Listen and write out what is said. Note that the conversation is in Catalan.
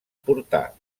portar